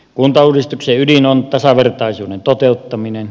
kuntauudistuksen ydin on tasavertaisuuden toteuttaminen